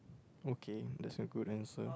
okay that's a good answer